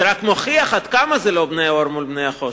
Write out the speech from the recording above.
זה רק מוכיח עד כמה זה לא בני-אור מול בני-חושך.